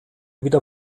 wieder